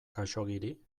khaxoggiri